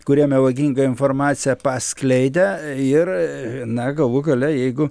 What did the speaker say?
kurie melagingą informaciją paskleidė ir na galų gale jeigu